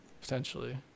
Potentially